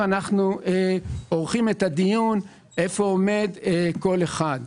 אנחנו עורכים את הדיון איפה עומד כל אחד.